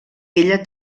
ella